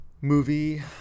movie